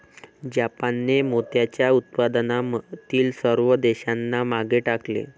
जापानने मोत्याच्या उत्पादनातील सर्व देशांना मागे टाकले